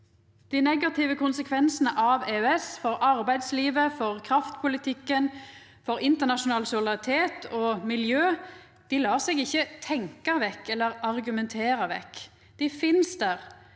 Dei negative konsekvensane av EØS for arbeidslivet, for kraftpolitikken, for internasjonal solidaritet og for miljø lar seg ikkje tenkja vekk eller argumentera vekk. Dei finst der,